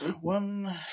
One